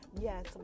Yes